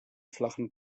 flachen